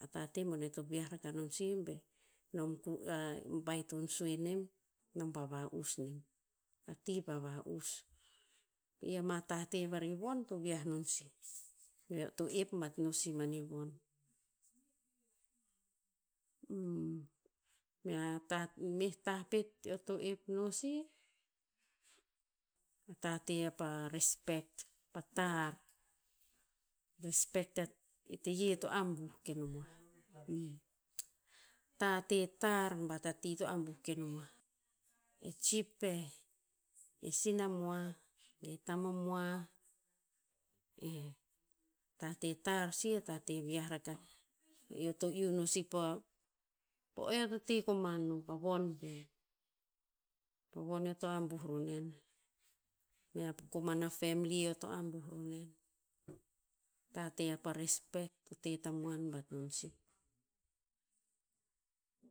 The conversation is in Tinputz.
A tate bone to viah raka no sih be nom ku, a baiton sue nem, nom pa va'us nem, a ti pa va'us. I ama tate vari von, to viah non sih. Ve eo to ep bat no si mani von. meh tah pet eo to ep nonsih, a tate apa respect. Pa tar, respect e teye to abuh ke nomoah. Tate tar bat a ti to abuh ke nomoah. E chief peh, e sina moah, ge tamomoah, e, tate tar sih tate vi'ah rakah. Eo to iu non si pa, po o to te koman no, pa von peo. Pa von eo to abuh ro nen, mea koman a family eo to abuh ro nen, tate apa respect, to te tamuan bat non sih.